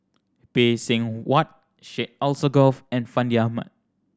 Phay Seng Whatt Syed Alsagoff and Fandi Ahmad